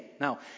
Now